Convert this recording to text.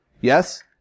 yes